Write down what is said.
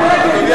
אני לא מבין.